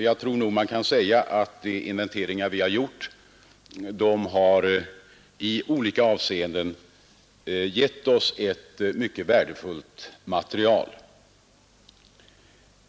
Jag tror också man kan säga att de inventeringar vi har gjort i olika avseenden har gett oss ett mycket värdefullt material.